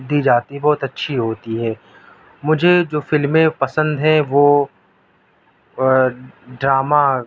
دی جاتی ہے بہت اچّھی ہوتی ہے مجھے جو فلمیں پسند ہیں وہ ڈرامہ